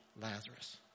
Lazarus